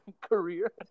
career